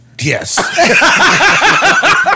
Yes